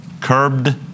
Curbed